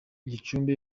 gicumbi